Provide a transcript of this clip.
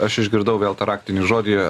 aš išgirdau vėl tą raktinį žodį